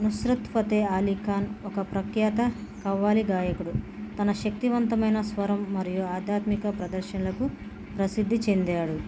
నుస్రత్ ఫతే ఆలీ ఖాన్ ఒక ప్రఖ్యాత కవ్వాలి గాయకుడు తన శక్తివంతమైన స్వరం మరియు ఆధాత్మిక ప్రదర్శనలకు ప్రసిద్ధి చెందాడు